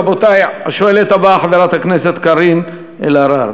רבותי, השואלת הבאה, חברת הכנסת קארין אלהרר.